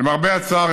למרבה הצער,